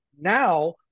now